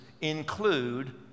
include